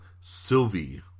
Sylvie